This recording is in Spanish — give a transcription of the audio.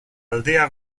aldea